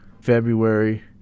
February